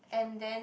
and then